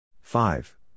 Five